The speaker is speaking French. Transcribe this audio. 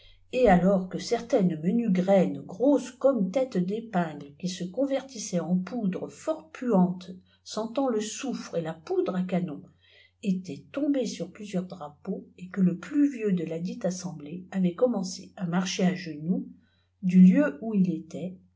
et alors que certaines menues graines grosses comme tètes çl épinglès gui se convertissaient en poudres fort puantes sentant le soufre et la poudre à canon étaient tombées sur plusieirs i vpeaux et que le plus vieux de ladite assemblée avait commence à iparcher à genoux du lieu où il était